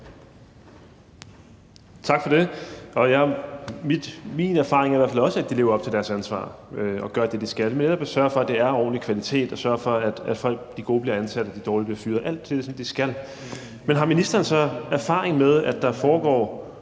Tak for det. Min erfaring er i hvert fald også, at de lever op til deres ansvar og gør det, de skal, i forhold til at sørge for, at det er ordentlig kvalitet, og sørge for, at de gode bliver ansat og de dårlige bliver fyret – alt det, de skal. Men har ministeren så erfaring med, at der foregår